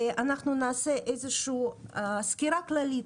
אנחנו נעשה איזו שהיא סקירה כללית,